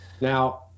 Now